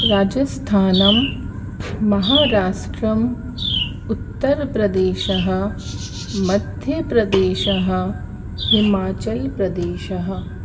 राजस्थानम् महाराष्ट्रम् उत्तरप्रदेशः मध्यप्रदेशः हिमाचलप्रदेशः